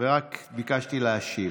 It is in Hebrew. ורק ביקשתי להשיב.